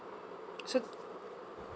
so